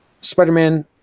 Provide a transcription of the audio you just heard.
Spider-Man